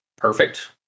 Perfect